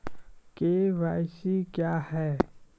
KYC क्या हैं?